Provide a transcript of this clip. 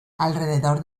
alrededor